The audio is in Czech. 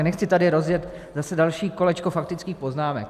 Nechci tady rozjet zase další kolečko faktických poznámek.